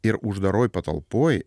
ir uždaroj patalpoj